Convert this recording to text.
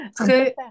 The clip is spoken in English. Très